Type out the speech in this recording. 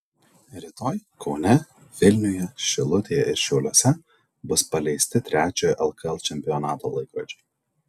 rytoj kaune vilniuje šilutėje ir šiauliuose bus paleisti trečiojo lkl čempionato laikrodžiai